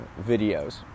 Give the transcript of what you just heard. videos